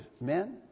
Men